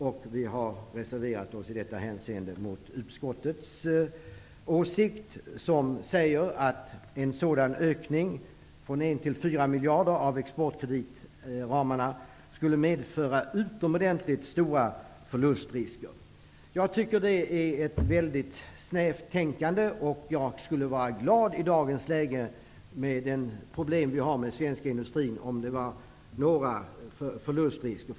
Vi har i detta hänseende reserverat oss gentemot utskottets åsikt, som säger att en ökning från 1 till 4 miljarder av exportkreditramarna skulle medföra utomordentligt stora förlustrisker. Jag tycker att det ger uttryck för ett mycket snävt tänkande. Med de problem vi har inom den svenska industrin i dag, skulle jag vara glad om det fanns några förlustrisker.